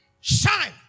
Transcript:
shine